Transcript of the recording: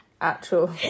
actual